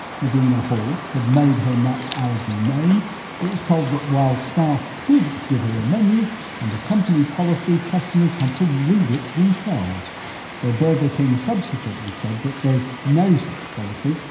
medina hall had made her nut allergy known but was told that while staff could give her a menu under company policy customers had to read it themselves well burger king subsequently said that there's no such policy,